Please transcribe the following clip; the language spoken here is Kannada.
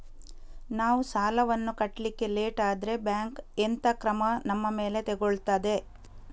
ನಾವು ಸಾಲ ವನ್ನು ಕಟ್ಲಿಕ್ಕೆ ಲೇಟ್ ಆದ್ರೆ ಬ್ಯಾಂಕ್ ಎಂತ ಕ್ರಮ ನಮ್ಮ ಮೇಲೆ ತೆಗೊಳ್ತಾದೆ?